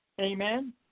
Amen